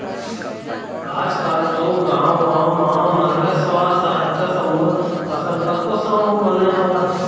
आजकल तो गाँव गाँव म महिला स्व सहायता समूह असन कतको समूह बने हवय